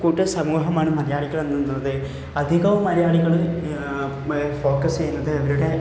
കൂട്ട സമൂഹമാണ് മലയാളികളെന്ന് നിന്നത് അധികവും മലയാളികൾ ഫോക്കസ് ചെയ്യുന്നത് അവരുടെ